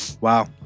Wow